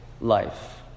life